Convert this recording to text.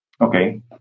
Okay